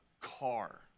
car